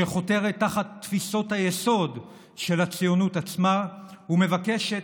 שחותרת תחת תפיסות היסוד של הציונות עצמה ומבקשת